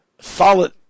solid